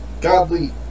godly